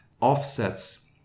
offsets